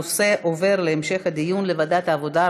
הנושא עובר להמשך הדיון לוועדת העבודה,